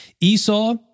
Esau